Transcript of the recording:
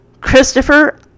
Christopher